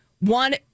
one